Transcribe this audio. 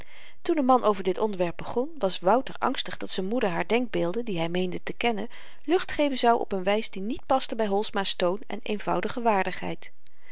toen de man over dit onderwerp begon was wouter angstig dat z'n moeder haar denkbeelden die hy meende te kennen lucht geven zou op n wys die niet paste by holsma's toon en eenvoudige waardigheid